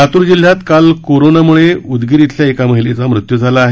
लातूर जिल्ह्यात काल कोरोनोमुळे उदगीर इथल्या एका महिलेचा मृत्यु झाला आहे